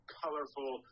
colorful